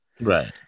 right